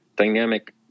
dynamic